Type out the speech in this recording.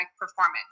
performance